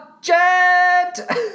jet